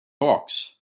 box